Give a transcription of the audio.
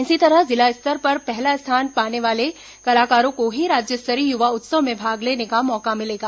इसी तरह जिला स्तर पर पहला स्थान पाने वाले कलाकारों को ही राज्य स्तरीय युवा उत्सव में भाग लेने का मौका मिलेगा